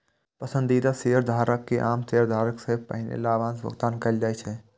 पसंदीदा शेयरधारक कें आम शेयरधारक सं पहिने लाभांशक भुगतान कैल जाइ छै